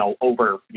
over